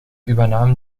übernahm